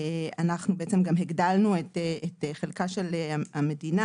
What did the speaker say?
אנחנו בעצם גם הגדלנו את חלקה של המדינה